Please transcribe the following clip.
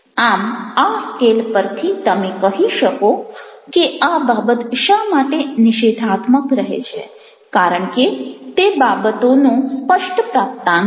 આમ આ સ્કેલ પરથી તમે કહી શકો કે આ બાબત શા માટે નિષેધાત્મક રહે છે કારણ કે તે બાબતોનો સ્પષ્ટ પ્રાપ્તાંક છે